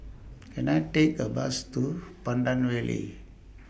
Can I Take A Bus to Pandan Valley